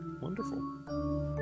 Wonderful